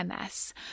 MS